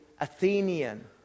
Athenian